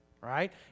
right